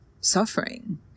suffering